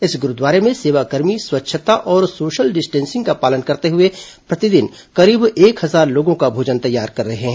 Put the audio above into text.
इस गुरूद्वारे में सेवाकर्मी स्वच्छता और सोशल डिस्टेंसिंग का पालन करते हुए प्रतिदिन करीब एक हजार लोगों का भोजन तैयार कर रहे हैं